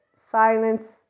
silence